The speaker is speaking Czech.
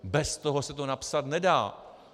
Bez toho se to napsat nedá.